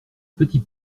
petit